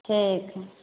ठीक हइ